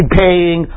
paying